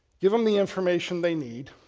give them the information they need,